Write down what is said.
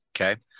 Okay